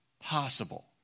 possible